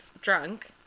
drunk